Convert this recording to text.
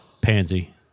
Pansy